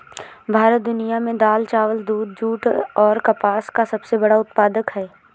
भारत दुनिया में दाल, चावल, दूध, जूट और कपास का सबसे बड़ा उत्पादक है